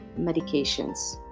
medications